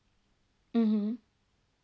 mmhmm